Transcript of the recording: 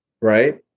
Right